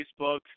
Facebook